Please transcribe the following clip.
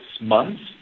months